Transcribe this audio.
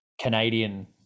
Canadian